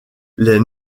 les